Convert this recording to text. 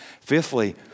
Fifthly